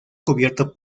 cubierto